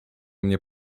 mnie